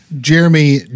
Jeremy